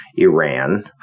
Iran